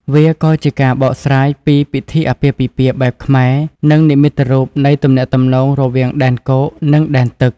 វាក៏ជាការបកស្រាយពីពិធីអាពាហ៍ពិពាហ៍បែបខ្មែរ និងនិមិត្តរូបនៃទំនាក់ទំនងរវាងដែនគោក និងដែនទឹក។